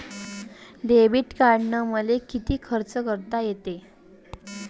Debit कार्डानं मले किती खर्च करता येते?